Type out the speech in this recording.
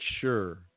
sure